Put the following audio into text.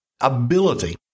ability